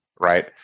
right